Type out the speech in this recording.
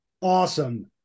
awesome